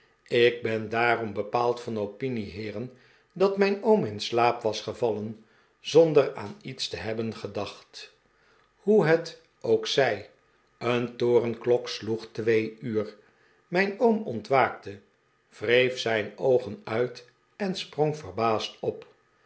ik ben daarom bepaald van opinie heeren dat mijn oom in slaap was gevallen zonder aan iets te hebben gedaeht hoe het ook zij een torenklok sloeg twee uur mijn oom ontwaakte wreef zijn oogen uit en sprong verbaasd op